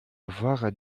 avoir